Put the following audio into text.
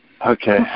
Okay